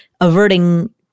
averting